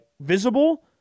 visible